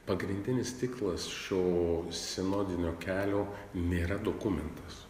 pagrindinis tikslas šio sinodinio kelio nėra dokumentas